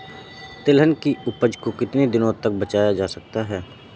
तिलहन की उपज को कितनी दिनों तक बचाया जा सकता है?